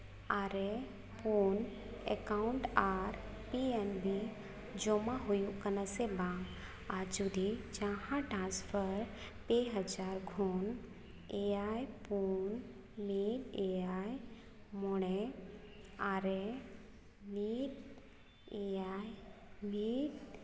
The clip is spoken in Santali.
ᱟᱨᱮ ᱯᱩᱱ ᱮᱠᱟᱣᱩᱱᱴ ᱟᱨ ᱯᱤ ᱮᱱ ᱵᱤ ᱡᱚᱢᱟ ᱦᱩᱭᱩᱜ ᱠᱟᱱᱟ ᱥᱮ ᱵᱟᱝ ᱟᱨ ᱡᱩᱫᱤ ᱡᱟᱦᱟᱸ ᱴᱟᱱᱥᱯᱷᱟᱨ ᱯᱮ ᱦᱟᱡᱟᱨ ᱠᱷᱚᱱ ᱮᱭᱟᱭ ᱯᱩᱱ ᱢᱤᱫ ᱮᱭᱟᱭ ᱢᱚᱬᱮ ᱟᱨᱮ ᱢᱤᱫ ᱮᱭᱟᱭ ᱢᱤᱫ